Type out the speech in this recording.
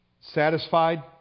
Satisfied